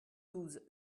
douze